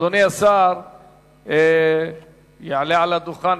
אדוני השר יעלה על הדוכן,